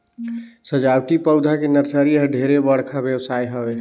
सजावटी पउधा के नरसरी ह ढेरे बड़का बेवसाय हवे